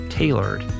Tailored